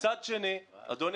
מצד שני, אדוני